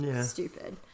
stupid